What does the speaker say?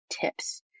tips